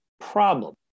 problem